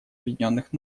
объединенных